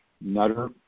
Nutter